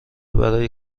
برای